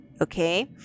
okay